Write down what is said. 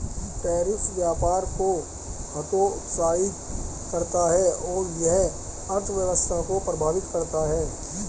tariff व्यापार को हतोत्साहित करता है और यह अर्थव्यवस्था को प्रभावित करता है